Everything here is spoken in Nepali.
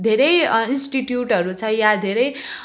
धेरै इन्स्टिट्युटहरू छ या धेरै